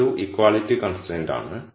ഇതൊരു equality constraint ആണ്